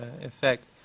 effect